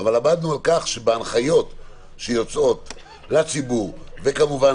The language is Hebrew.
אבל עמדנו על כך שבהנחיות שיוצאות לציבור וכמובן